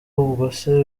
ubwose